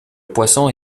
poisson